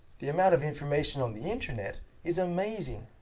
the amount of information on the internet is amazing,